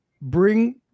bring